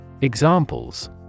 Examples